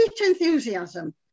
enthusiasm